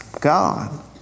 God